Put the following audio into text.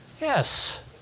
Yes